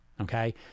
Okay